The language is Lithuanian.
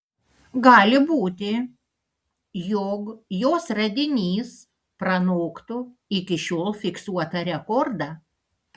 gali būti jog jos radinys pranoktų iki šiol fiksuotą rekordą